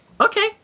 okay